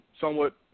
somewhat